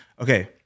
Okay